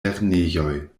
lernejoj